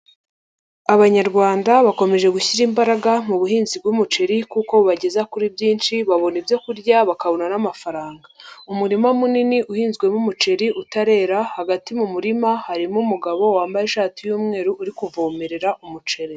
Abanyarwanda bakomeje gushyira imbaraga mu buhinzi bw'umuceri kuko bageza kuri byinshi babona ibyorya bakabona n'amafaranga, umurima munini uhinzwemo umuceri utarera, hagati mu murima harimo umugabo wambaye ishati y'umweru uri kuvomerera umuceri.